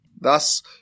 Thus